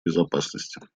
безопасности